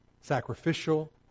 sacrificial